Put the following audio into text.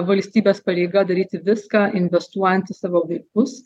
valstybės pareiga daryti viską investuojant į savo vaikus